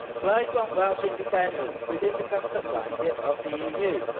plaid want welsh independence within the comfort blanket of the eu.